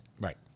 Right